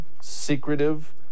secretive